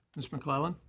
ms. mcclellan.